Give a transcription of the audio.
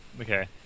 okay